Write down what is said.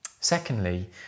Secondly